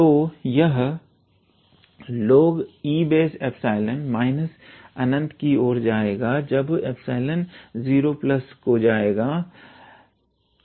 तो यह log𝑒𝜀 −∞ की ओर जाएगा जब 𝜀→0